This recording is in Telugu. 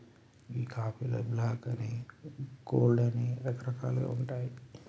గీ కాఫీలో బ్లాక్ అని, కోల్డ్ అని రకరకాలుగా ఉంటాయి